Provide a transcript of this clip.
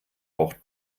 auch